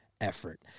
effort